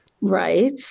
Right